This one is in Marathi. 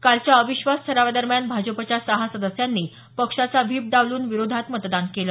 कालच्या अविश्वास ठरावादरम्यान भाजपच्या सहा सदस्यांनी पक्षाचा व्हीप डावलून विरोधात मतदान केलं